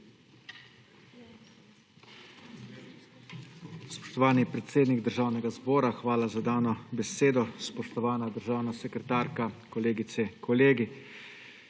Spoštovani predsednik Državnega zbora, hvala za dano besedo. Spoštovana državna sekretarka, kolegice, kolegi!